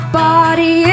body